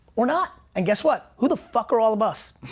or not. and guess what, who the fuck are all of us?